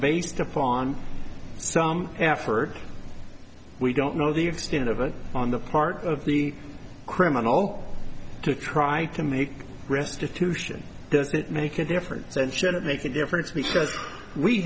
based upon some effort we don't know the extent of it on the part of the criminal to try to make restitution make a difference so it shouldn't make a difference because we